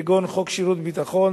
כגון חוק שירות ביטחון,